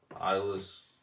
Eyeless